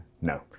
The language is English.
No